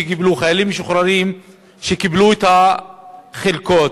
חיילים משוחררים שקיבלו את החלקות,